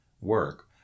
work